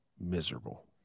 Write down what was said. miserable